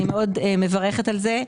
אני מאוד מברכת על זה,